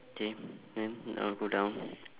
K then uh go down